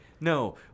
No